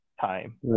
time